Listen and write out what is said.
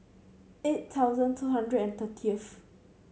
eight thousand two hundred and thirtieth